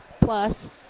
plus